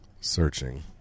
searching